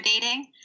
dating